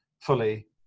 fully